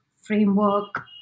framework